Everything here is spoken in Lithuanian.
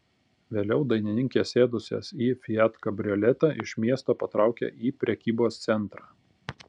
vėliau dainininkės sėdusios į fiat kabrioletą iš miesto patraukė į prekybos centrą